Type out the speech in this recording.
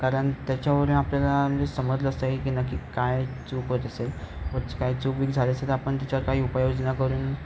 कारण त्याच्यावरून आपल्याला म्हणजे समजलं असतं की नक्की काय चूक होत असेल काय चूक विक झाले असेल तर आपण त्याच्यावर काही उपाययोजना करून